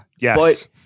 Yes